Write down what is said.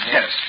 Yes